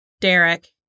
Derek